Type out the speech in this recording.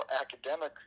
academic